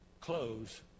close